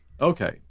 okay